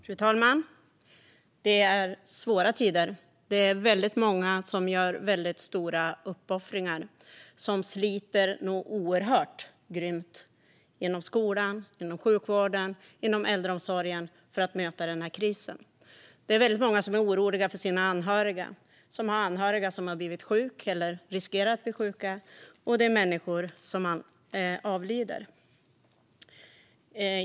Fru talman! Det är svåra tider. Det är väldigt många som gör väldigt stora uppoffringar och som sliter något oerhört mycket inom skolan, sjukvården och äldreomsorgen för att möta denna kris. Det är väldigt många som är oroliga för sina anhöriga, som har anhöriga som har blivit sjuka eller som riskerar att bli sjuka. Och det är människor som avlider.